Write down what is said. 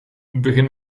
begin